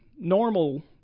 normal